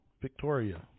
Victoria